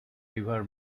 river